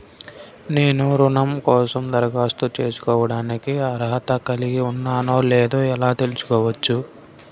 నేను రుణం కోసం దరఖాస్తు చేసుకోవడానికి అర్హత కలిగి ఉన్నానో లేదో ఎలా తెలుసుకోవచ్చు?